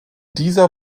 dieser